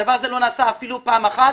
למיטב ידיעתי הדבר הזה לא נעשה אפילו פעם אחת.